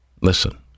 Listen